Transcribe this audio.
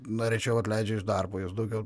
na rečiau atleidžia iš darbo jos daugiau